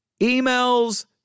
emails